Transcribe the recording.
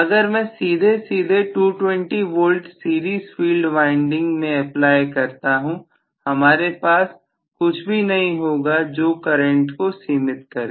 अगर मैं सीधे सीधे 220 वोल्ट सीरीज फील्ड वाइंडिंग में अप्लाई करता हूं हमारे पास कुछ भी नहीं होगा जो करंट को सीमित करें